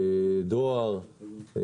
דואר,